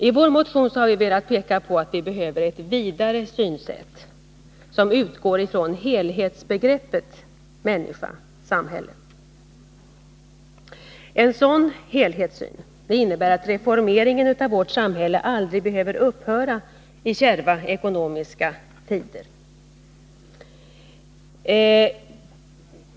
I vår motion har vi velat peka på att vi behöver ett vidare synsätt, som utgår. Nr 13 från helhetsbegreppet människa-samhälle. Onsdagen den En sådan helhetssyn innebär att reformeringen av vårt samhälle aldrig 28 oktober 1981 behöver upphöra i kärva ekonomiska tider.